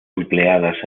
empleadas